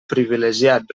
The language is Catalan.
privilegiat